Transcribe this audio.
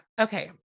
okay